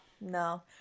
No